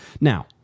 Now